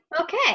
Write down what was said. Okay